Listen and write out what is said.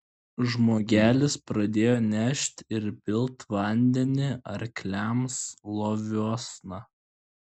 žmogelis pradėjo nešt ir pilt vandenį arkliams loviuosna